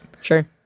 sure